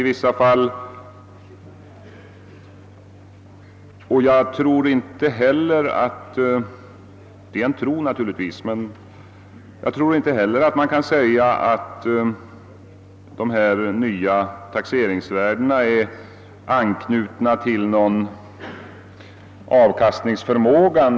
Det är naturligtvis bara en på tro grundad uppfattning, men jag antar att de nya taxeringsvärdena inte är anknutna till avkastningsförmågan.